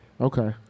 Okay